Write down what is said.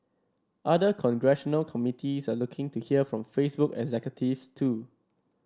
other congressional committees are looking to hear from Facebook executives too